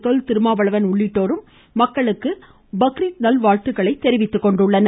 தொல் திருமாவளவன் உள்ளிட்டோர் மக்களுக்கு பக்ரீத் நல்வாழ்த்துக்களை தெரிவித்துள்ளனர்